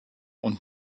und